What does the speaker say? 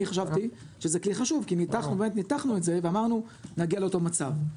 אני חשבתי שזה כלי חשוב כי ניתחנו את זה ואמרנו שנגיע לאותו מצב.